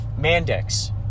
Mandex